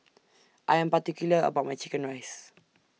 I Am particular about My Chicken Rice